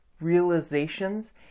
realizations